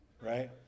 right